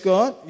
God